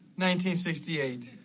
1968